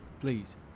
Please